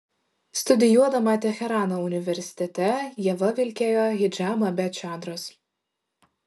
studijuodama teherano universitete ieva vilkėjo hidžabą be čadros